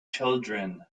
children